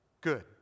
good